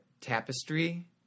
Tapestry